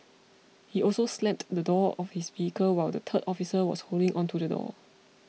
he also slammed the door of his vehicle while the third officer was holding onto the door